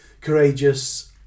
courageous